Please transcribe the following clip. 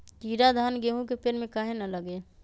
कीरा धान, गेहूं के पेड़ में काहे न लगे?